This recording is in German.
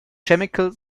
chemical